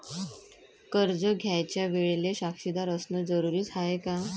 कर्ज घ्यायच्या वेळेले साक्षीदार असनं जरुरीच हाय का?